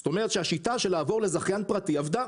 זאת אומרת שהשיטה של מעבר לזכיין פרטי עבדה.